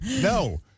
no